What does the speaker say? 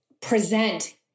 present